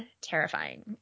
terrifying